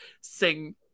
sing